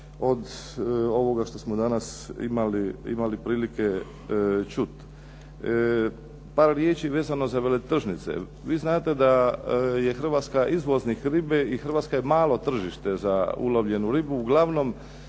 od ovoga što smo danas imali prilike čuti. Par riječi vezano za veletržnice. Vi znate da je Hrvatska izvoznik ribe i Hrvatska je malo tržište za ulovljenu ribu. Uglavnom